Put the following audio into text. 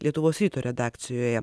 lietuvos ryto redakcijoje